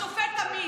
השופט עמית,